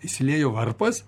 išsiliejo varpas